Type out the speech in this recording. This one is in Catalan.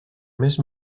més